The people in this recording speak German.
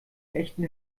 echten